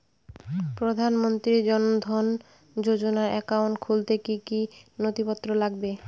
প্রধানমন্ত্রী জন ধন যোজনার একাউন্ট খুলতে কি কি নথিপত্র লাগবে?